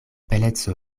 beleco